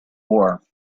war